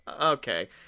okay